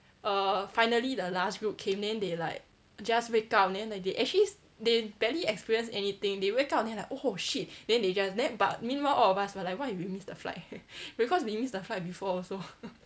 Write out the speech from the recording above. err finally the last group came then they like just wake up then they actually they barely experienced anything they wake up then they like oh shit then they just then but meanwhile all of us were like what if we miss the flight because we missed the flight before also